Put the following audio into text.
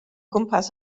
gwmpas